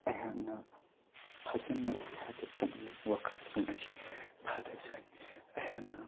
ꯑꯩꯍꯥꯛꯅ ꯐꯖꯅ ꯑꯩꯍꯥꯛꯀꯤ ꯄꯨꯛꯅꯤꯡ ꯋꯥꯈꯜꯁꯤꯡ ꯑꯁꯤ ꯐꯥꯊꯖꯩ ꯑꯩꯍꯥꯛꯅ